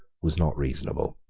was not reasonable.